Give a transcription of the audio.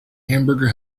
hamburger